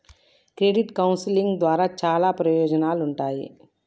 credit counselling ద్వారా చాలా ప్రయోజనాలుంటాయి